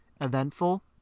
eventful